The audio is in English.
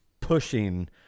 pushing